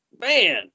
Man